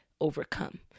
overcome